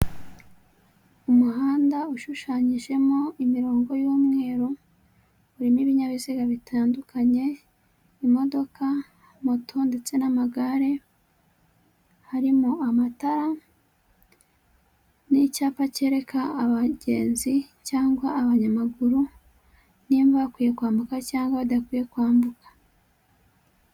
Umuhanda ushushanyijemo imirongo y'umweru, urimo ibinyabiziga bitandukanye, imodoka, moto ndetse n'amagare, harimo amatara n'icyapa cyereka abagenzi cyangwa abanyamaguru niba bakwiye kwambuka cyangwa badakwiye kwambuka.